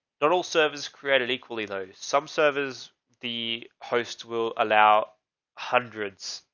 not all servers created. equally though, some servers, the host will allow hundreds,